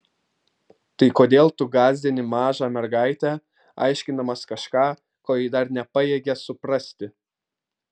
tai kodėl tu gąsdini mažą mergaitę aiškindamas kažką ko ji dar nepajėgia suprasti